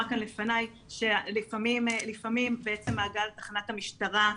שלפעמים בעצם ההגעה לתחנת המשטרה,